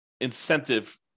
incentive